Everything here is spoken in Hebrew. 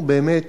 הוא באמת